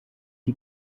die